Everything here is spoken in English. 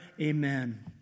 amen